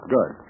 Good